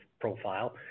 profile